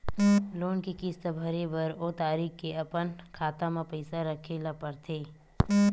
loan के किस्त भरे बर ओ तारीख के अपन खाता म पइसा राखे ल परथे